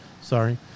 sorry